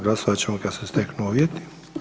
Glasovat ćemo kada se steknu uvjeti.